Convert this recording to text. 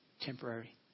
temporary